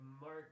Mark